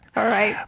alright.